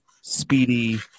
speedy